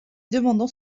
demandant